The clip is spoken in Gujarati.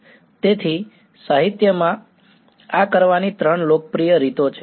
તેથી સાહિત્યમાં આ કરવાની ત્રણ લોકપ્રિય રીતો છે